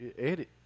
edit